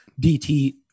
DT